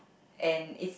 and it's